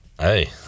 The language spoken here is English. hey